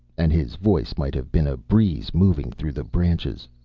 and his voice might have been a breeze moving through the branches.